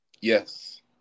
Yes